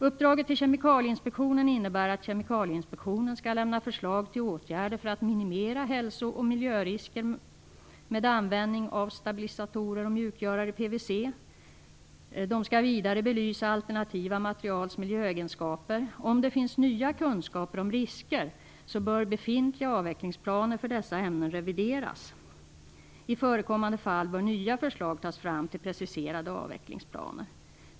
Uppdraget till Kemikalieinspektionen innebär att Kemikalieinspektionen skall lämna förslag till åtgärder för att minimera hälso och miljörisker vid användning av stabilisatorer och mjukgörare i PVC. Man skall vidare belysa alternativa materials miljöegenskaper. Om det finns nya kunskaper om risker bör befintliga avvecklingsplaner för dessa ämnen revideras. I förekommande fall bör nya förslag till preciserade avvecklingsplaner tas fram.